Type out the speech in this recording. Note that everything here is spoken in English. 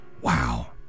Wow